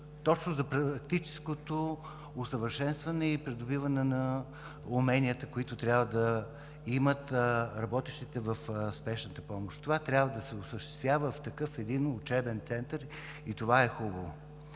точно за практическото усъвършенстване и придобиване на уменията, които трябва да имат работещите в Спешната помощ. Това трябва да се осъществява в такъв един учебен център и това е хубаво.